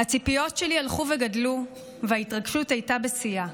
"הציפיות שלי הלכו וגדלו, וההתרגשות הייתה בשיאה,